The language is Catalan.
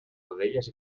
rodelles